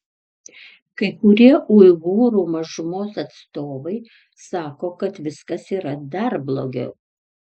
kai kurie uigūrų mažumos atstovai sako kad viskas yra dar blogiau